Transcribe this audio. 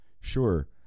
sure